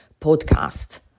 podcast